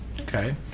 Okay